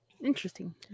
Interesting